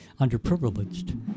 underprivileged